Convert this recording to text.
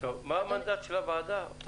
מה המנדט של הוועדה שהוקמה?